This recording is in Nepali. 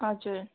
हजुर